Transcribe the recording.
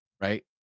right